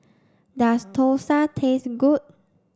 does Thosai taste good